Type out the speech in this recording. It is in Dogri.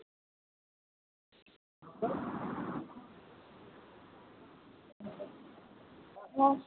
आं